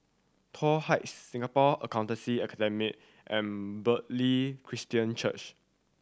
Toh Heights Singapore Accountancy Academy and Bartley Christian Church